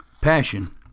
Passion